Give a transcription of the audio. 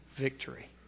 victory